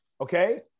okay